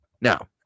Now